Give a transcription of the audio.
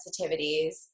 sensitivities